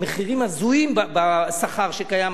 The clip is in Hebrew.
סכומים הזויים בשכר הקיים,